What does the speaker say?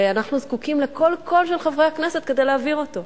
ואנחנו זקוקים לכל קול של חברי הכנסת כדי להעביר אותו.